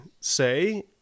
say